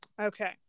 Okay